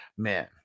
Man